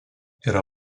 yra